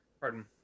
pardon